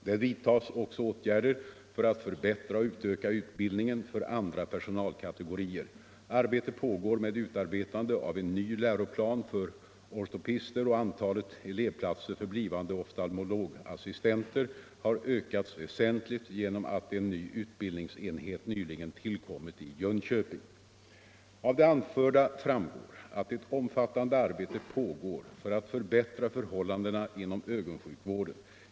Det vidtas också åtgärder för att förbättra och utöka utbildningen för andra personalkategorier. Arbete pågår med utarbetande av en ny läroplan för ortoptister, och antalet elevplatser för blivande oftalmologassistenter har ökats väsentligt genom att en ny utbildningsenhet nyligen tillkommit i Jönköping. Av det anförda framgår att ett omfattande arbete pågår för att förbättra förhållandena inom ögonsjukvården.